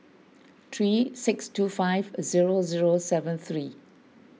three six two five zero zero seven three